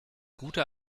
gute